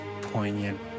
poignant